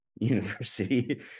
university